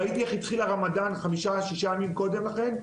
ראיתי איך התחיל הרמדאן חמישה-שישה ימים קודם לכן,